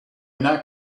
not